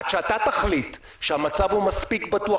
עד שאתה תחליט שהמצב הוא מספיק בטוח